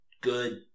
good